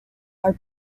are